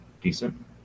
decent